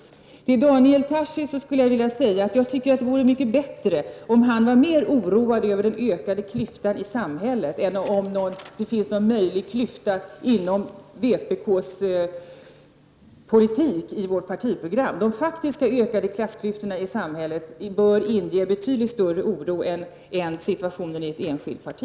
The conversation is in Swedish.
Till Daniel Tarschys skulle jag vilja säga att jag tycker att det vore mycket bättre om han vore mera oroad över den ökade klyftan i samhället än över en eventuell klyfta inom vpk. De ökade klassklyftorna i samhället borde inge betydligt större oro än situationen i ett enskilt parti.